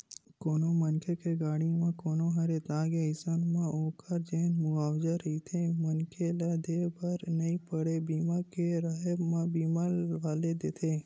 कोनो मनखे के गाड़ी म कोनो ह रेतागे अइसन म ओखर जेन मुवाजा रहिथे मनखे ल देय बर नइ परय बीमा के राहब म बीमा वाले देथे